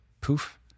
poof